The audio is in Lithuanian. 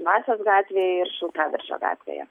dvasios gatvėj ir šiltadaržio gatvėje